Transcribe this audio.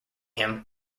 him